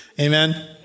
Amen